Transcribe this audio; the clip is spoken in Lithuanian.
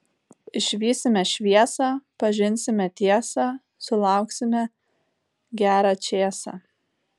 išvysime šviesą pažinsime tiesą sulauksime gerą čėsą